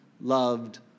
loved